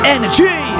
Energy